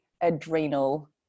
adrenal